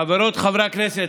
חברות וחברי הכנסת,